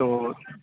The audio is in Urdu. تو